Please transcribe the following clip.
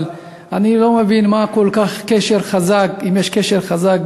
אבל אני לא מבין אם יש קשר חזק בין